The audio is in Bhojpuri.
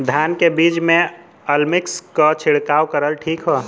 धान के बिज में अलमिक्स क छिड़काव करल ठीक ह?